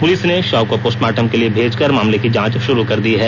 police ने शव को पोस्टमार्टम के लिये भेज कर मामले की जांच शुरू कर दी है